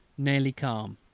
nearly calm.